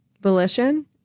volition